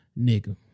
nigga